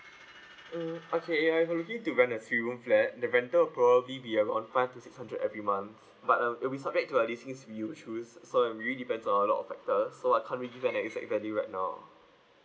mm okay if you are uh looking to rent a three room flat the rental will probably be around five to six hundred every month but uh it will be subject to a leasing will you choose so uh it really depends on a lot of factors so I can't really give you an exact value right now